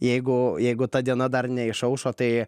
jeigu jeigu ta diena dar neišaušo tai